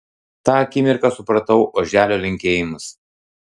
tą akimirką supratau oželio linkėjimus